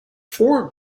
four